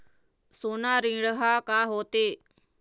सोना ऋण हा का होते?